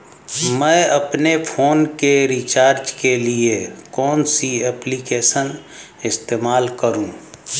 मैं अपने फोन के रिचार्ज के लिए कौन सी एप्लिकेशन इस्तेमाल करूँ?